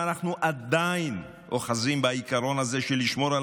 ואנחנו עדיין אוחזים בעיקרון הזה של לשמור על